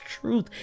truth